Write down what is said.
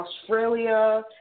Australia